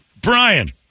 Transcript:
Brian